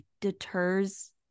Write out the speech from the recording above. deters